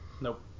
Nope